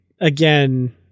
again